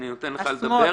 נותן לך את זכות הדיבור.